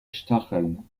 stacheln